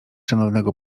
szanownego